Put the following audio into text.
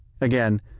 Again